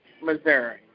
Missouri